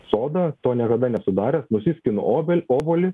sodą to niekada nesu daręs nusiskinu obel obuolį